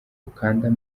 ukanda